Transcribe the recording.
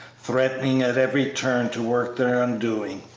threatening at every turn to work their undoing.